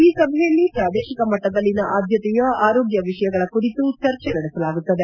ಈ ಸಭೆಯಲ್ಲಿ ಪ್ರಾದೇಶಿಕ ಮಟ್ಟದಲ್ಲಿನ ಆದ್ಯತೆಯ ಆರೋಗ್ಯ ವಿಷಯಗಳ ಕುರಿತು ಚರ್ಚಿ ನಡೆಸಲಾಗುತ್ತದೆ